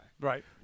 Right